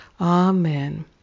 amen